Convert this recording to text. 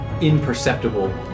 imperceptible